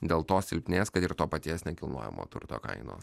dėl to silpnės kad ir to paties nekilnojamo turto kainos